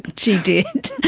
she did.